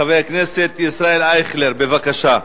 חבר הכנסת ישראל אייכלר, בבקשה.